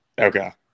Okay